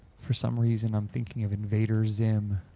for some reason, i'm thinking of invaders zen.